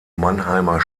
mannheimer